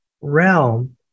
realm